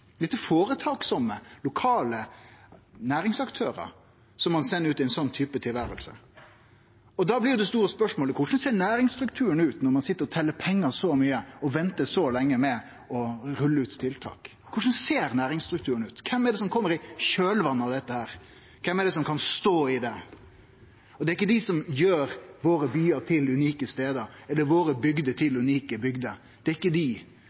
lokale næringsaktørar som ein sender ut i eit slikt tilvære. Da blir det store spørsmålet: Korleis ser næringsstrukturen ut når ein sit og tel pengar så mykje og ventar så lenge med å rulle ut tiltak? Korleis ser næringsstrukturen ut? Kven er det som kjem i kjølvatnet av dette? Kven er det som kan stå i det? Det er ikkje dei som gjer byane våre til unike stader eller bygdene våre til unike bygder, det er ikkje dei